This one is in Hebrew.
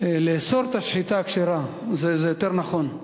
לאסור את השחיטה הכשרה, יותר נכון.